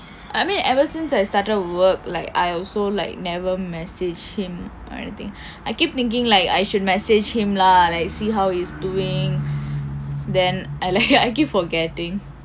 I mean ever since I started work like I also like never message him or anything I keep thinking like I should message him lah like see how he's doing then I keep forgetting